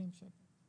40 שקל